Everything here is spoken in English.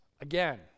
Again